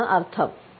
എന്നതാണ് അർത്ഥം